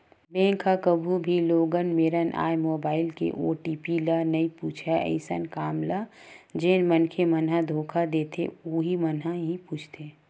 bank ह कभू भी लोगन मेरन आए मोबाईल के ओ.टी.पी ल नइ पूछय अइसन काम ल जेन मनखे मन ह धोखा देथे उहीं मन ह ही पूछथे